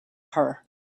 her